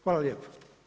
Hvala lijepo.